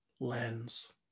lens